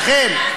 לכן,